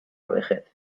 vejez